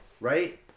right